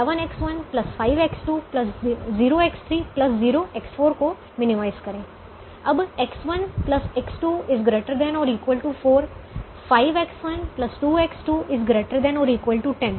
7X1 5X2 0X3 0X4 को minimise करें अब X1 X2 ≥ 4 5X1 2X2 ≥10